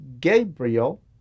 Gabriel